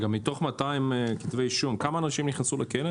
רגע, מתוך 200 כתבי אישום, כמה אנשים נכנסו לכלא?